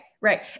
Right